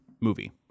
movie